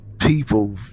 people